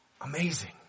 Amazing